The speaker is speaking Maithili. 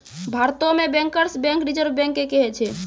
भारतो मे बैंकर्स बैंक रिजर्व बैंक के कहै छै